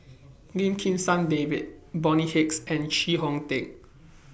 Lim Kim San David Bonny Hicks and Chee Kong Tet